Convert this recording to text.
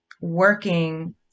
working